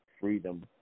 freedom